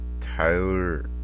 Tyler